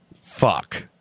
Fuck